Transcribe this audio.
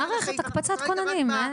מערכת הקפצת כוננים.